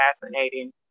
fascinating